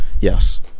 Yes